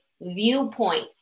viewpoint